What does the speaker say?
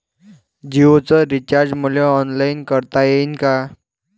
जीओच रिचार्ज मले ऑनलाईन करता येईन का?